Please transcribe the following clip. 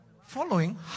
Following